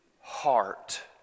heart